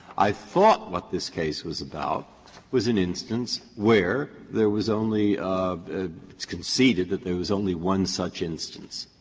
i thought what this case was about was an instance where there was only it um was conceded that there was only one such instance.